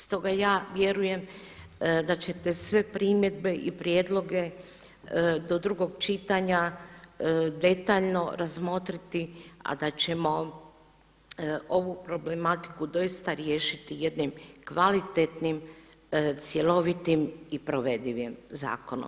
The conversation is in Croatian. Stoga ja vjerujem da ćete sve primjedbe i prijedloge do drugog čitanja detaljno razmotriti, a da ćemo ovu problematiku doista riješiti jednim kvalitetnim, cjelovitim i provedivim zakonom.